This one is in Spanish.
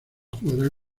jugará